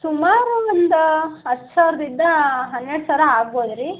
ಸುಮಾರು ಒಂದು ಹತ್ತು ಸಾವಿರದಿಂದ ಹನ್ನೆರಡು ಸಾವಿರ ಆಗ್ಬೋದು ರೀ